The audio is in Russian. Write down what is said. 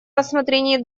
рассмотрении